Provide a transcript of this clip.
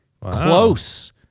Close